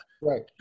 right